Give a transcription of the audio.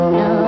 no